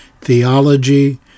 theology